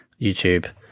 YouTube